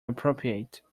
appropriate